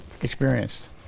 experienced